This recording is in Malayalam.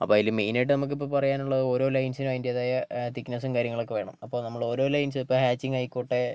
അപ്പം അതില് മെയിനായിട്ട് നമക്കിപ്പ പറയാൻ ഉള്ളത് ഓരോ ലൈൻസിനും അതിൻറ്റേതായ തിക്ക്നെസ്സും കാര്യങ്ങളൊക്കെ വേണം അപ്പം നമ്മള് ഓരോ ലൈൻസ് ഇപ്പം ഹാച്ചിങ് ആയിക്കോട്ടെ